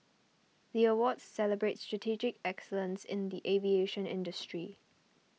the awards celebrate strategic excellence in the aviation industry